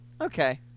Okay